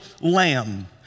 lamb